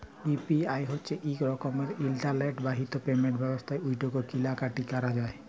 UPI হছে ইক রকমের ইলটারলেট বাহিত পেমেল্ট ব্যবস্থা উটতে কিলা কাটি ক্যরা যায়